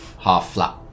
half-flat